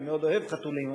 אני מאוד אוהב חתולים,